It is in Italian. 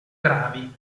gravi